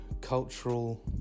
cultural